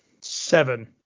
Seven